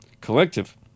collective